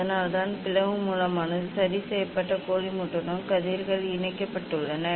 அதனால்தான் பிளவு மூலமானது சரி செய்யப்பட்ட கோலிமேட்டருடன் கதிர்கள் இணைக்கப்பட்டுள்ளன